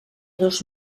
dos